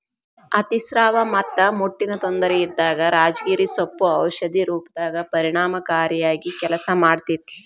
ಅತಿಸ್ರಾವ ಮತ್ತ ಮುಟ್ಟಿನ ತೊಂದರೆ ಇದ್ದಾಗ ರಾಜಗಿರಿ ಸೊಪ್ಪು ಔಷಧಿ ರೂಪದಾಗ ಪರಿಣಾಮಕಾರಿಯಾಗಿ ಕೆಲಸ ಮಾಡ್ತೇತಿ